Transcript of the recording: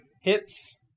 Hits